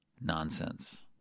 nonsense